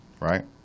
right